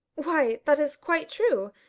why, that is quite true!